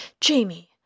Jamie